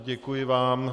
Děkuji vám.